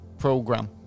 program